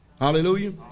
Hallelujah